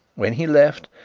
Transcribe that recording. when he left,